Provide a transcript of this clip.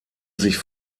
sich